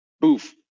Boof